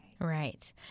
Right